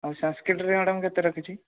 ଆଉ ସାନ୍ସକ୍ରୀଟ୍ ରେ ମ୍ୟାଡ଼ାମ୍ କେତେ ରଖିଛି